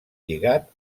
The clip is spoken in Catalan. lligat